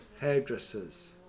hairdressers